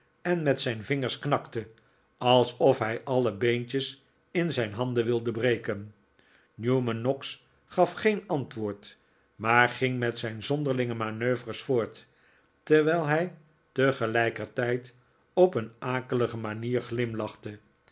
en met zijn vingers knakte alsof hij alle beentjes in zijn handen wilde breken newman noggs gaf geen antwoord maar ging met zijn zonderlinge manoeuvres voort terwijl hij tegelijkertijd op een akelige manier glimlachte